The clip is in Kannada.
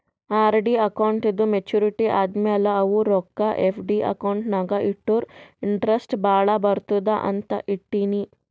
ಆರ್.ಡಿ ಅಕೌಂಟ್ದೂ ಮೇಚುರಿಟಿ ಆದಮ್ಯಾಲ ಅವು ರೊಕ್ಕಾ ಎಫ್.ಡಿ ಅಕೌಂಟ್ ನಾಗ್ ಇಟ್ಟುರ ಇಂಟ್ರೆಸ್ಟ್ ಭಾಳ ಬರ್ತುದ ಅಂತ್ ಇಟ್ಟೀನಿ